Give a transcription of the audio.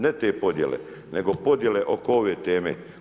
Ne te podijele, nego podjele oko ove teme.